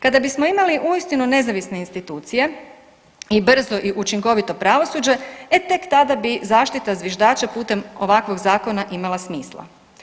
Kada bismo imali uistinu nezavisne institucije i brzo i učinkovito pravosuđe, e tek tada bi zaštita zviždača putem ovakvog zakona imala smisla.